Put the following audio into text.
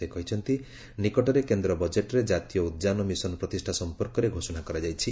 ସେ କହିଛନ୍ତି ନିକଟରେ କେନ୍ଦ୍ର ବଜେଟ୍ରେ ଜାତୀୟ ଉଦ୍ଯାନ ମିଶନ୍ ପ୍ରତିଷ୍ଠା ସମ୍ପର୍କରେ ଘୋଷଣା କରାଯାଇଛି